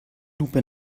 lupe